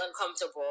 uncomfortable